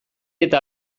eta